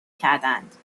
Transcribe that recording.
کردند